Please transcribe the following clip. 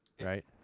right